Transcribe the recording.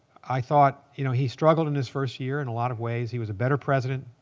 i thought you know he struggled in his first year in a lot of ways. he was a better president